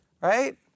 right